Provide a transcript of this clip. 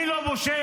אני לא פושע.